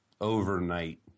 overnight